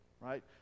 right